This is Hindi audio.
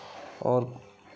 और